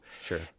Sure